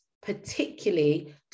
particularly